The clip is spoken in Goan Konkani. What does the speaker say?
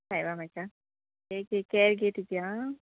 सायबा म्हज्या कॅर घे तुजी आं